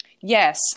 Yes